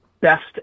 best